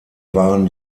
waren